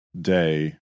day